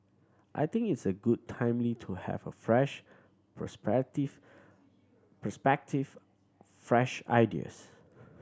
I think it's good and timely to have a fresh perspective perspective fresh ideas